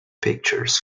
pictures